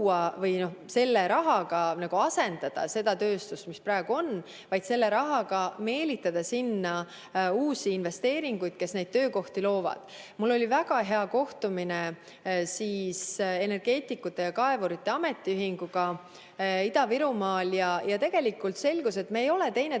et selle rahaga asendada seda tööstust, mis praegu on, vaid selleks, et selle rahaga meelitada sinna uusi investeeringuid, et neid töökohti luua. Mul oli väga hea kohtumine energeetikute ja kaevurite ametiühinguga Ida-Virumaal ja tegelikult selgus, et me ei ole teineteisest